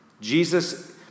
Jesus